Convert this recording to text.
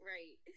Right